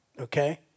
Okay